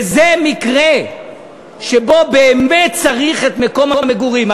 וזה מקרה שבו באמת צריך את מקום המגורים.